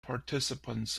participants